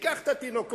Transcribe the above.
ניקח את התינוקות.